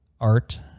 art